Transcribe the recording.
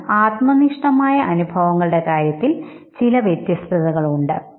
എന്നാൽ ആത്മനിഷ്ഠമായ അനുഭവങ്ങളുടെ കാര്യത്തിൽ ചില വ്യത്യസ്തതകൾ ഉണ്ട്